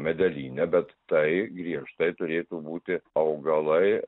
medelynę bet tai griežtai turėtų būti augalai